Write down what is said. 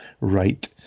right